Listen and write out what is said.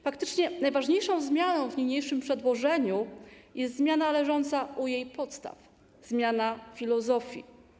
Faktycznie najważniejszą zmianą w niniejszym przedłożeniu jest zmiana leżąca u jego podstaw, zmiana filozofii.